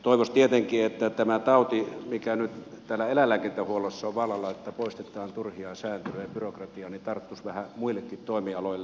toivoisi tietenkin että tämä tauti mikä nyt täällä eläinlääkintähuollossa on vallalla että poistetaan turhia säätelyjä ja byrokratiaa tarttuisi vähän muillekin toimialoille